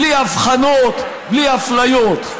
בלי הבחנות, בלי אפליות.